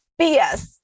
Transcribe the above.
BS